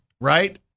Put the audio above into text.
right